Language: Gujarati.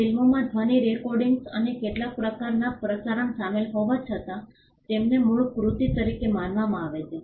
ફિલ્મોમાં ધ્વનિ રેકોર્ડિંગ અને કેટલાક પ્રકારનાં પ્રસારણ શામેલ હોવા છતાં તેમને મૂળ કૃતિ તરીકે માનવામાં આવે છે